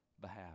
behalf